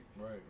Right